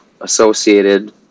Associated